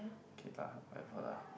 give up whatever lah